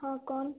हाँ कौन